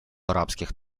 арабских